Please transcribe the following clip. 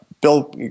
Bill